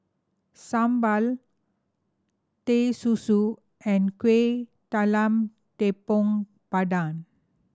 Sambal Teh Susu and Kuih Talam Tepong Pandan